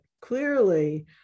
clearly